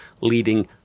leading